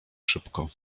szybko